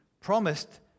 promised